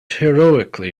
heroically